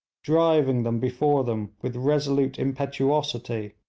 driving them before them with resolute impetuosity,